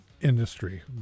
industry